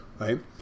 Right